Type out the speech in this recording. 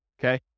okay